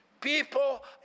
People